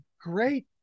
great